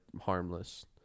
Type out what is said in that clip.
harmless